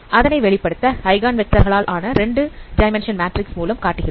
அதனை வெளிப்படுத்த eigen vector கலால் ஆன ஒரு 2 டைமென்ஷன் மேட்ரிக்ஸ் மூலம் காட்டுகிறோம்